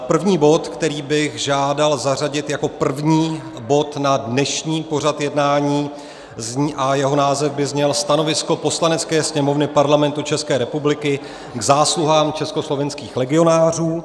První bod, který bych žádal zařadit jako první bod na dnešní pořad jednání a jeho název by zněl Stanovisko Poslanecké sněmovny Parlamentu České republiky k zásluhám československých legionářů.